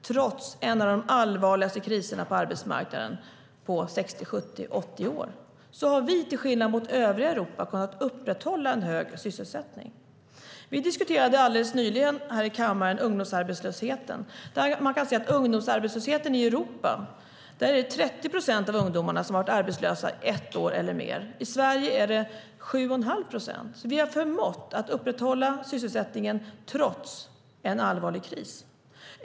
Trots en av de allvarligaste kriserna på arbetsmarknaden på 60-70 kanske 80 år har vi till skillnad mot övriga Europa kunnat upprätthålla en högre sysselsättning. Vi diskuterade alldeles nyligen här i kammaren ungdomsarbetslösheten. I Europa kan man se att 30 procent av ungdomarna har varit arbetslösa i ett år eller mer. I Sverige är det 7 1⁄2 procent.